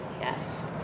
yes